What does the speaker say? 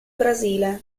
brasile